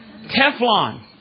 Teflon